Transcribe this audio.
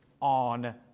on